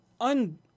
un